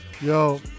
Yo